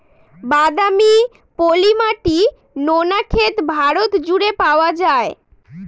বাদামি, পলি মাটি, নোনা ক্ষেত ভারত জুড়ে পাওয়া যায়